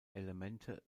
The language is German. elemente